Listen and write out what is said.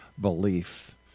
belief